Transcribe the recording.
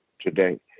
today